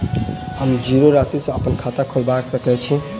हम जीरो राशि सँ अप्पन खाता खोलबा सकै छी?